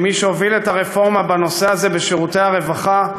כמי שהוביל את הרפורמה בנושא הזה בשירותי הרווחה,